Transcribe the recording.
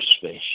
fish